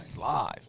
Live